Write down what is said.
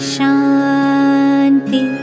Shanti